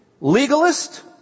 legalist